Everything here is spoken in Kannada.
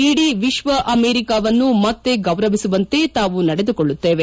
ಇಡೀ ವಿಶ್ವ ಅಮೆರಿಕವನ್ನು ಮತ್ತೆ ಗೌರವಿಸುವಂತೆ ತಾವು ನಡೆದುಕೊಳ್ಳುತ್ತೇವೆ